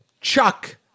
Chuck